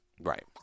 right